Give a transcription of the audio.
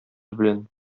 белән